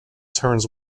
turns